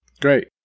great